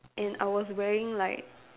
and I was wearing like